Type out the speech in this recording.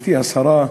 גברתי השרה,